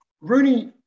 Rooney